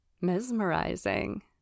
mesmerizing